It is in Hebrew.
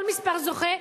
כל מספר זוכה.